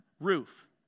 roof